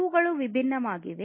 ಇವುಗಳು ವಿಭಿನ್ನವಾಗಿವೆ